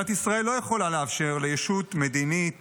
מדינת ישראל לא יכולה לאפשר לישות מדינית